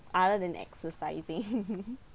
other than exercising